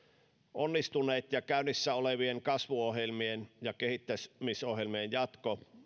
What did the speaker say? onnistuneitten ja käynnissä olevien kasvu ja kehittämisohjelmien jatko